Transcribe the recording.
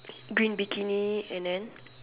green bikini and then